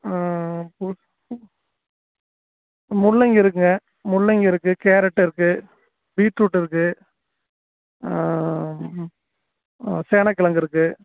முள்ளங்கி இருக்குதுங்க முள்ளங்கி இருக்குது கேரட் இருக்குது பீட்ரூட் இருக்குது சேனைக்கெழங்கு இருக்குது